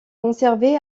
conservé